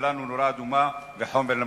אצלכם ואצלנו נורה אדומה ולתת חומר למחשבה.